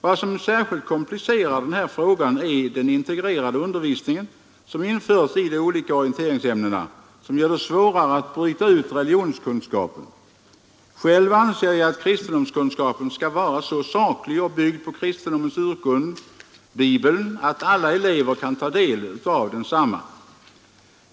Vad som särskilt komplicerar frågan är den integrerade undervisning som införts i de olika orienteringsämnena, som gör det svårare att bryta ut religionskunskapen. Själv anser jag att kristendomskunskapen skall vara så saklig och byggd på kristendomens urkund, Bibeln, att alla elever kan ta del av densamma.